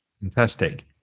Fantastic